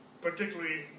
particularly